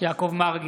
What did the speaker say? יעקב מרגי,